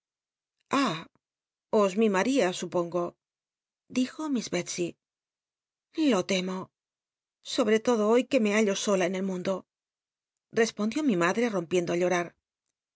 os limaría supongo dijo miss bclsey lo temo sobre todo hoy que me ha llo sola en el mundo respondió mi madre rompiendo ü llorar